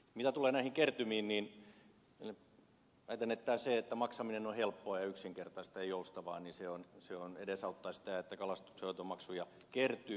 mitä tulee näihin kertymiin niin väitän että se että maksaminen on helppoa ja yksinkertaista ja joustavaa niin se edesauttaa sitä että kalastuksenhoitomaksuja kertyy